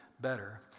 better